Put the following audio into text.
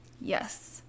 yes